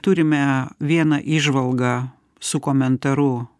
turime vieną įžvalgą su komentaru